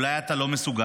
אולי אתה לא מסוגל?